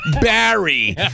Barry